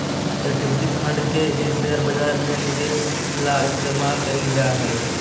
equity fund के ही share बाजार में निवेश ला इस्तेमाल कइल जाहई